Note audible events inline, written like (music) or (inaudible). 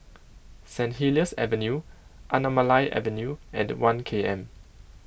St Helier's Avenue Anamalai Avenue and one K M (noise)